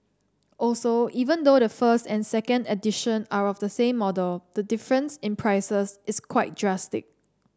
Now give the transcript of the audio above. also even though the first and second edition are of the same model the difference in prices is quite drastic